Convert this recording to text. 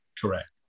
Correct